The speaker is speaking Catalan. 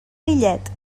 lillet